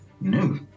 No